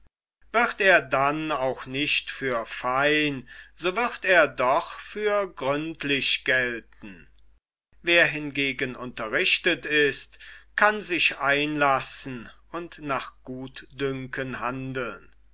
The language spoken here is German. wird er dann auch nicht für sein so wird er doch für gründlich gelten wer hingegen unterrichtet ist kann sich einlassen und nach gutdünken handeln